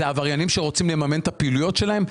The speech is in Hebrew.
אלה עבריינים שרוצים לממן את הפעילויות שלהם,